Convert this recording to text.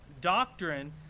doctrine